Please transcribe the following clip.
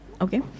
Okay